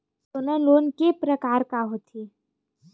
सोना लोन के प्रकार के होथे?